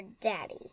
daddy